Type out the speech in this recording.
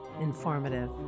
informative